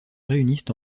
réunissent